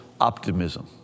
optimism